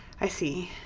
i see.